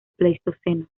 pleistoceno